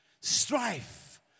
strife